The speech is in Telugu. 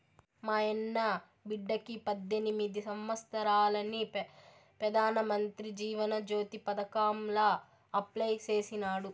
మాయన్న బిడ్డకి పద్దెనిమిది సంవత్సారాలని పెదానమంత్రి జీవన జ్యోతి పదకాంల అప్లై చేసినాడు